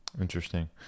Interesting